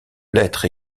l’être